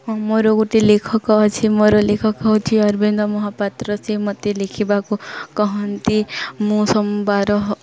ହଁ ମୋର ଗୋଟେ ଲେଖକ ଅଛି ମୋର ଲେଖକ ହେଉଛି ଅରବିନ୍ଦ୍ର ମହାପାତ୍ର ସେ ମୋତେ ଲେଖିବାକୁ କୁହନ୍ତି ମୁଁ ସୋମବାର